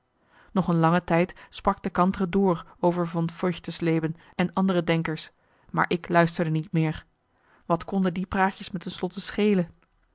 nog een lange tijd sprak de kantere door over von feuchtersleben en andere denkers maar ik luisterde niet meer wat konden die praatjes me ten slotte schelen